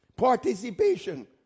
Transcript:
participation